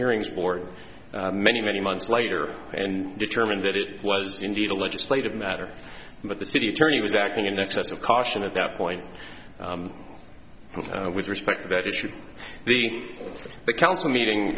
hearings board many many months later and determine that it was indeed a legislative matter but the city attorney was acting in excess of caution at that point with respect that it should be the council meeting